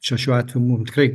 čia šiuo atveju mum tikrai